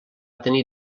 tenir